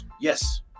Yes